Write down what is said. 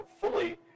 fully